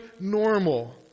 normal